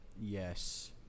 Yes